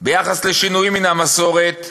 ביחס לשינויים מן המסורת,